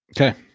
Okay